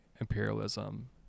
imperialism